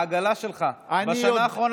העגלה שלך בשנה האחרונה,